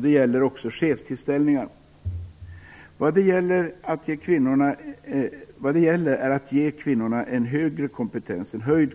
Det gäller också chefstillsättningar. Vad det gäller är att ge kvinnorna en höjd